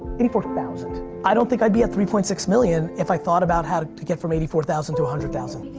eighty four thousand. i don't think i'd be at three point six million if i thought about how to to get from eighty four thousand to one hundred thousand.